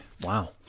Wow